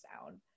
sound